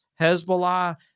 Hezbollah